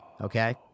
okay